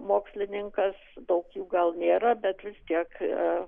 mokslininkas daug jų gal nėra bet vis tiek